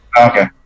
Okay